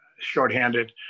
shorthanded